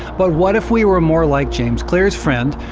but what if we were more like james clear's friend,